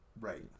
right